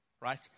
right